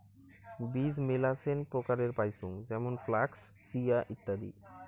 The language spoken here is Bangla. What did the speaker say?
বীজ মেলাছেন প্রকারের পাইচুঙ যেমন ফ্লাক্স, চিয়া, ইত্যাদি